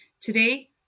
Today